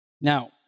Now